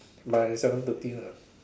by seven thirty lah